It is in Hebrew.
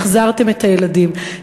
שהחזרתם את הילדים.